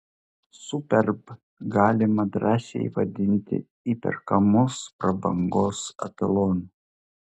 superb galima drąsiai vadinti įperkamos prabangos etalonu